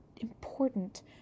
important